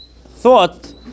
thought